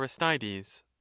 Aristides